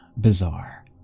bizarre